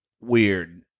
weird